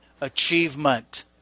achievement